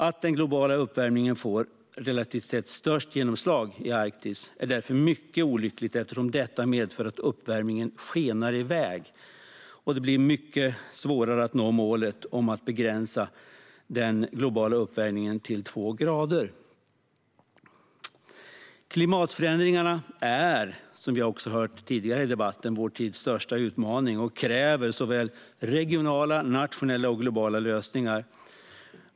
Att den globala uppvärmningen får relativt sett störst genomslag i Arktis är därför mycket olyckligt, eftersom detta medför att uppvärmningen skenar iväg, och det blir svårare att nå målet om att begränsa den globala uppvärmningen till två grader. Klimatförändringarna är vår tids största utmaning och kräver såväl regionala som nationella och globala lösningar.